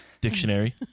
dictionary